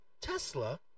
Tesla